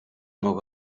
nog